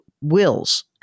wills